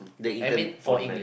the intern online